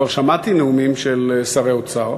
כבר שמעתי נאומים של שרי אוצר.